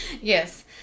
Yes